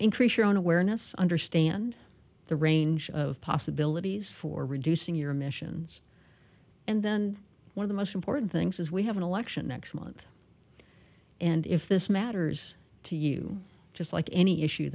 increase your own awareness understand the range of possibilities for reducing your emissions and then one of the most important things is we have an election next month and if this matters to you just like any issue